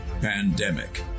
Pandemic